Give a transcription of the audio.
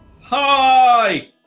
Hi